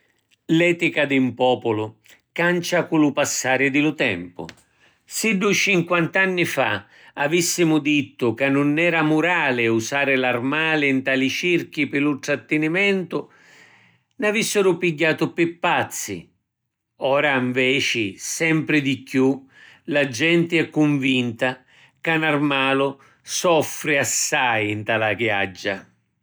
L’etica di ‘n populu cancia cu lu passari di lu tempu. Siddu cinquant’anni fa avissimu dittu ca nun era murali usari l’armali nta li circhi pi lu trattinimentu, n’avissuro pigghiatu pi pazzi. Ora nveci sempri di chiù la genti è cunvinta ca n’armalu soffri assai nta la jaggia.